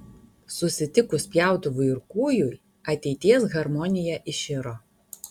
susitikus pjautuvui ir kūjui ateities harmonija iširo